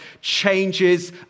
changes